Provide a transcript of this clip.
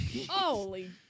Holy